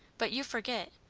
but you forget.